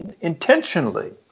intentionally